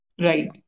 Right